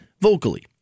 Vocally